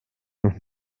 noch